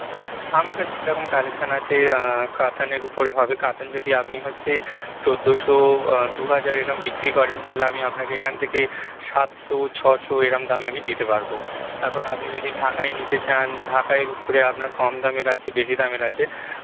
আমার কাছে সেরকম কালেকশান আছে কাতানের উপরে হবে কাতান যদি আপনি হচ্ছে চোদ্দোশো দু হাজারের এরম বিক্রি করেন তাহলে আমি আপানকে এখান থেকে সাতশো ছশো এরম দামে আমি দিতে পারবো তারপর আপনি যদি ঢাকাই নিতে চান ঢাকাইয়ের উপরে আপনার কম দামের আছে বেশি দামের আছে